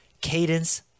Cadence